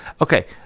Okay